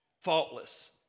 faultless